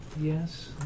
yes